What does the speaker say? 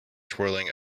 twirling